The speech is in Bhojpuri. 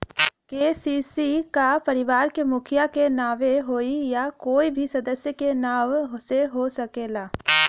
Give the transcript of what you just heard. के.सी.सी का परिवार के मुखिया के नावे होई या कोई भी सदस्य के नाव से हो सकेला?